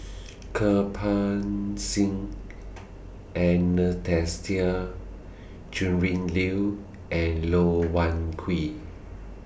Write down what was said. Kirpal Singh Anastasia Tjendri Liew and Loh Wai Kiew